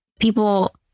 people